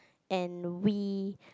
and we